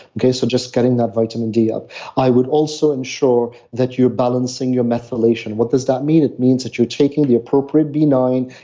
so just getting that vitamin d up i would also ensure that you're balancing your methylation. what does that mean? it means that you're taking the appropriate b nine,